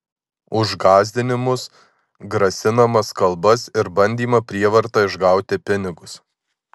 už gąsdinimus grasinamas kalbas ir bandymą prievarta išgauti pinigus